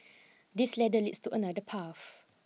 this ladder leads to another path